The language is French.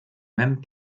même